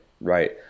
right